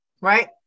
right